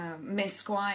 Mesquite